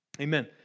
Amen